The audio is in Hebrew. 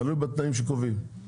תלוי בתנאים שקובעים.